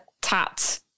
tat